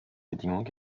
bedingung